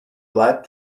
black